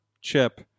chip